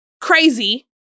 Crazy